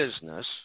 business